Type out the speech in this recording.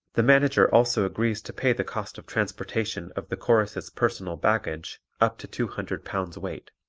the manager also agrees to pay the cost of transportation of the chorus's personal baggage up to two hundred pounds weight.